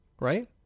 right